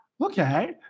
Okay